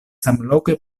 samloke